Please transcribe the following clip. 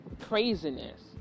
craziness